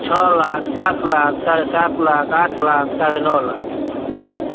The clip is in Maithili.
छओ लाख सात लाख साढ़े सात लाख आठ लाख साढ़े नओ लाख